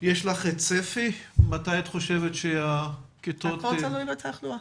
יש לך צפי מתי את חושבת שהכיתות --- הכל תלוי בתחלואה.